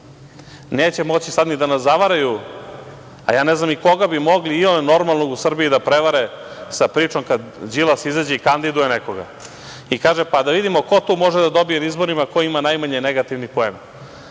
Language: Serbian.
moći sad ni da nas zavaraju, ja ne znam koga bi mogli iole normalnog u Srbiji da prevare sa pričom kad Đilas izađe i kandiduje nekoga i kaže ko tu može da dobije na izborima, ko ima najmanje negativnih poena.